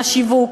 השיווק,